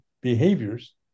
behaviors